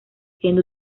siendo